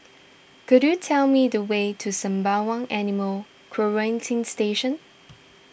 could you tell me the way to Sembawang Animal Quarantine Station